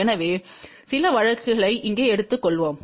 எனவே சில வழக்குகளை இங்கே எடுத்துக் கொள்ளலாம்